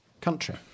Country